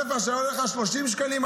ספר שעולה לך 30 שקלים,